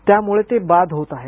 त्यामुळे ते बाद होत आहेत